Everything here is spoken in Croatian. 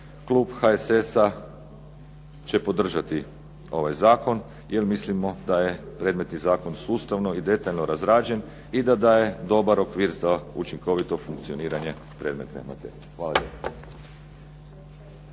klub HSS-a će podržati ovaj zakon jer mislimo da je predmetni zakon sustavno i detaljno razrađen i da daje dobar okvir za učinkovito funkcioniranje predmetne materije. Hvala